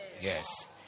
Yes